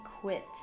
quit